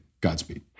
Godspeed